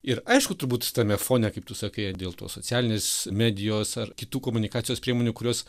ir aišku turbūt tame fone kaip tu sakai dėl tos socialinės medijos ar kitų komunikacijos priemonių kurios